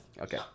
Okay